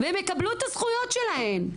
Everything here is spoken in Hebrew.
והן יקבלו את הזכויות שלהן,